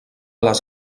les